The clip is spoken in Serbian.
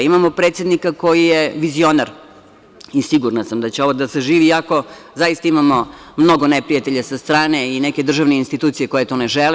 Imamo predsednika koji je vizionar i sigurna sam da će ovo da zaživi, iako zaista imamo mnogo neprijatelja sa strane i neke državne institucije koje to ne žele.